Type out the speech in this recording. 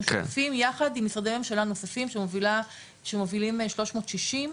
שותפים יחד עם משרדי ממשלה נוספים שמובלים 360,